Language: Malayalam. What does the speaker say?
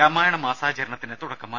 രാമായണ മാസാചരണത്തിന് തുടക്കമായി